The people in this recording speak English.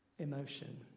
Emotion